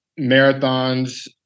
marathons